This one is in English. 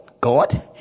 God